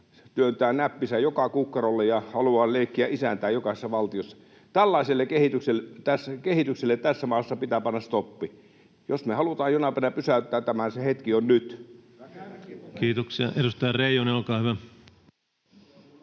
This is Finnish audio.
työntää näppinsä joka kukkarolle ja haluaa leikkiä isäntää jokaisessa valtiossa. Tällaiselle kehitykselle tässä maassa pitää panna stoppi. Jos me halutaan jonain päivänä pysäyttää tämä, se hetki on nyt. [Perussuomalaisten ryhmästä: